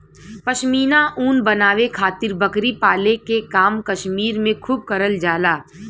पश्मीना ऊन बनावे खातिर बकरी पाले के काम कश्मीर में खूब करल जाला